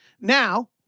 Now